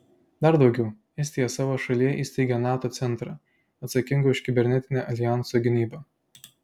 dar daugiau estija savo šalyje įsteigė nato centrą atsakingą už kibernetinę aljanso gynybą